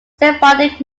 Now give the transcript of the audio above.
sephardic